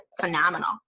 phenomenal